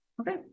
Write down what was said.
okay